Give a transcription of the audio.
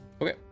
Okay